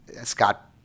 Scott